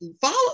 follow